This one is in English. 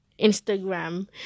Instagram